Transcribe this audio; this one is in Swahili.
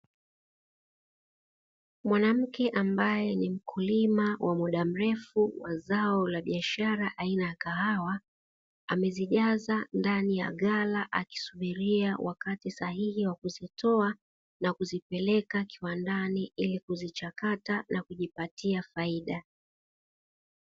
Mwanamke ambaye ni mkulima wa muda mrefu wa zao la biashara aina ya kahawa, amezijaza ndani ya ghala akisubiria wakati sahihi wa kuzitoa na kuzipeleka kiwandani, ili kuzichakata na kujipatia faida.